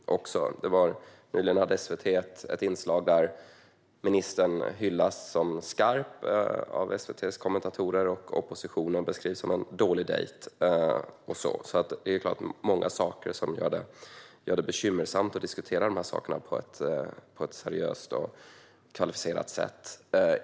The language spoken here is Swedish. SVT hade nyligen ett inslag där ministern hyllades som skarp av SVT:s kommentatorer och oppositionen beskrevs som en dålig dejt. Det är klart att det finns mycket som gör det bekymmersamt att diskutera de här frågorna på ett seriöst och kvalificerat sätt.